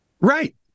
Right